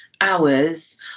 hours